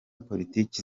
politiki